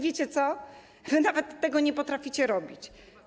Wiecie co, nawet tego nie potraficie robić.